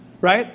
Right